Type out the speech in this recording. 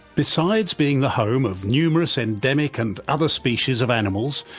besides being the home of numerous endemic and other species of animals,